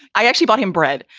i actually bought him bread.